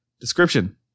description